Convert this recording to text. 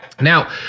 Now